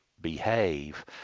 behave